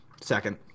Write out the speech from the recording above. second